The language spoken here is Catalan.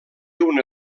una